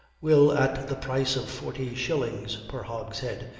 will, at the price of forty shillings per hogshead,